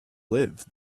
live